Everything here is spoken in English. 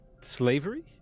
Slavery